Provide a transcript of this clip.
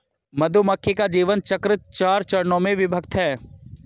मधुमक्खी का जीवन चक्र चार चरणों में विभक्त है